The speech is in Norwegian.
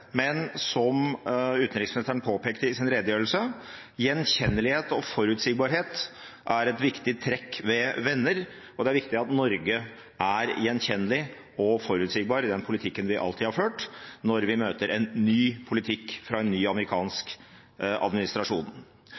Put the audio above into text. Men, som utenriksministeren påpekte i sin redegjørelse, gjenkjennelighet og forutsigbarhet er et viktig trekk ved venner, og det er viktig at Norge er gjenkjennelig og forutsigbar i den politikken vi alltid har ført, når vi møter en ny politikk fra en ny amerikansk administrasjon.